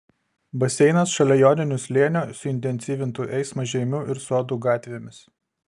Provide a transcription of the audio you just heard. baseinas šalia joninių slėnio suintensyvintų eismą žeimių ir sodų gatvėmis